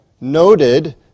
noted